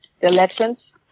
elections